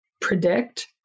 predict